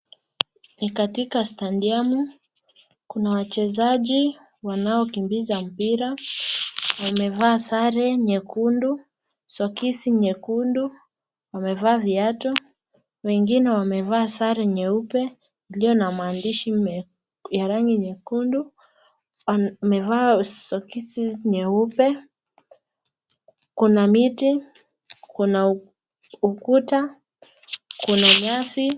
Nikatika [stadium]. Ni wachezaji wanaokimbiza mpira. Wamevaa sare nyekundu, [sokisi] nyekundu, wamevaa viatu. Wengine wamevaa sare nyeupe iliyo na maandishi ya rangi nyekundu. Wamevaa [sokisi] nyeupe. Kuna miti, kuna ukuta, kuna nyasi.